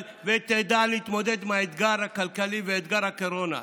ותדע להתמודד עם האתגר הכלכלי ואתגר הקורונה.